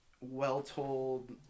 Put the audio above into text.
well-told